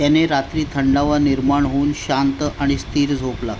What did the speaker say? त्याने रात्री थंडावा निर्माण होऊन शांत आणि स्थिर झोप लागते